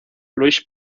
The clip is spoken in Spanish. louis